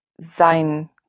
sein